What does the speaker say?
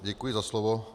Děkuji za slovo.